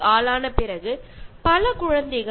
അതിലൂടെ അവർക്ക് ശരിക്കും മാറാൻ സാധിക്കും